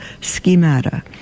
schemata